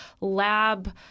lab